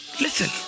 Listen